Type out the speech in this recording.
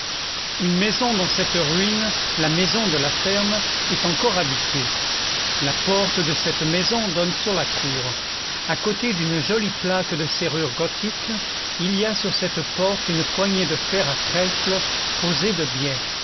une maison dans cette ruine la maison de la ferme est encore habitée la porte de cette maison donne sur la cour à côté d'une jolie plaque de serrure gothique il y a sur cette porte une poignée de fer à trèfles posée de biais